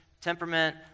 temperament